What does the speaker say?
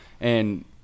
And-